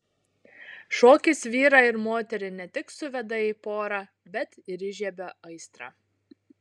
šokis vyrą ir moterį ne tik suveda į porą bet ir įžiebia aistrą